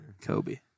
Kobe